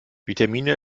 vitamine